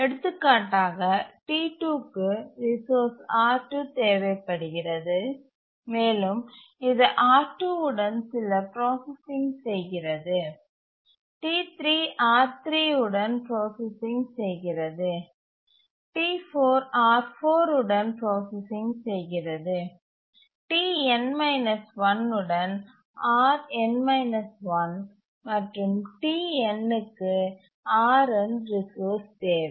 எடுத்துக்காட்டாக T2 க்கு resource R2 தேவைப்படுகிறது மேலும் இது R2 உடன் சில ப்ராசசிங் செய்கிறது T3 R3 உடன் ப்ராசசிங் செய்கிறது T4 R4 உடன் ப்ராசசிங் செய்கிறது Tn 1 உடன் Rn 1 மற்றும் Tn க்கு Rn ரிசோர்ஸ் தேவை